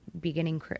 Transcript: beginning